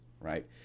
right